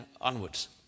onwards